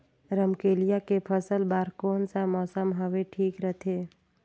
रमकेलिया के फसल बार कोन सा मौसम हवे ठीक रथे?